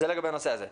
זה לגבי הנושא הזה.